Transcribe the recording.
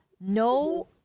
No